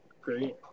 Great